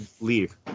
leave